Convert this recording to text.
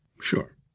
Sure